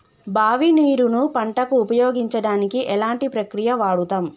బావి నీరు ను పంట కు ఉపయోగించడానికి ఎలాంటి ప్రక్రియ వాడుతం?